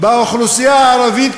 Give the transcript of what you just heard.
באוכלוסייה הערבית כאויבים,